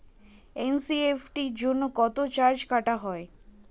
NEFT জন্য কত charge কাটা হয়?